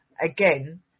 again